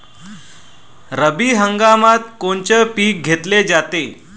रब्बी हंगामात कोनचं पिक घेतलं जाते?